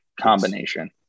combination